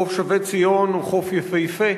חוף-שבי ציון הוא חוף יפהפה,